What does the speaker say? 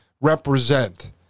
represent